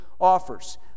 offers